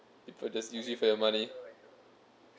people just use it for your money